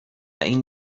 این